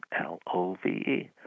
L-O-V-E